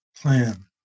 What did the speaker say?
plan